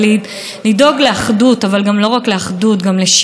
לחיי חופש וחירות לכל אדם באשר הוא,